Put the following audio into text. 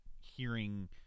hearing –